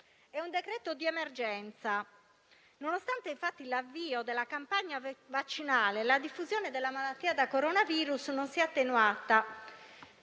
è un decreto di emergenza. Nonostante infatti l'avvio della campagna vaccinale, la diffusione della malattia da coronavirus non si è attenuata